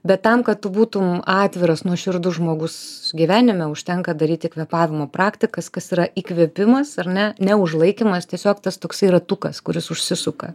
bet tam kad tu būtum atviras nuoširdus žmogus gyvenime užtenka daryti kvėpavimo praktikas kas yra įkvėpimas ar ne ne užlaikymas tiesiog tas toksai ratukas kuris užsisuka